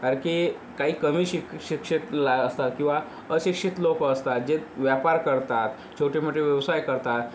कारण की काही कमी शिक शिक्षितला असतात किंवा अशिक्षित लोकं असतात जे व्यापार करतात छोटे मोठे व्यवसाय करतात